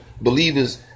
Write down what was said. believers